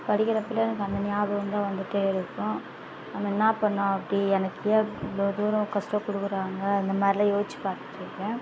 படிக்கிறப்பிலையும் எனக்கு அந்த ஞயாபகம் தான் வந்துகிட்டே இருக்கும் நம்ம என்ன பண்ணோம் அப்படி எனக்கு ஏன் இவ்வளோ தூரம் கஷ்டோம் கொடுக்குறாங்க இந்த மாதிரிலாம் யோசிச்சி பார்த்துருக்கேன்